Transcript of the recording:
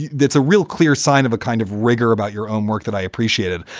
that's a real clear sign of a kind of rigour about your own work that i appreciated.